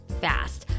fast